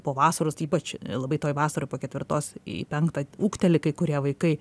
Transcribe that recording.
po vasaros ypač labai toj vasarą po ketvirtos į penktą ūgteli kai kurie vaikai